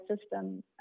system